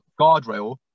guardrail